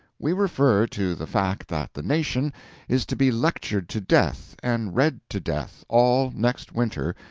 we refer to the fact that the nation is to be lectured to death and read to death all next winter,